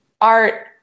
art